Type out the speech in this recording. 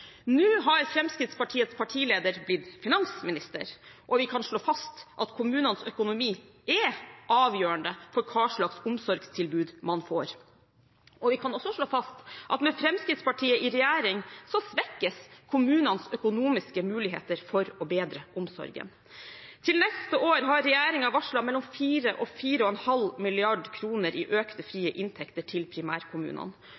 Nå har Fremskrittspartiets partileder blitt finansminister, og vi kan slå fast at kommunenes økonomi er avgjørende for hva slags omsorgstilbud man får. Vi kan også slå fast at med Fremskrittspartiet i regjering svekkes kommunenes økonomiske muligheter for å bedre omsorgen. Til neste år har regjeringen varslet mellom 4 og 4,5 mrd. kr i økte frie inntekter til primærkommunene.